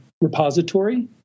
repository